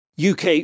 UK